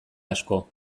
asko